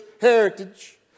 heritage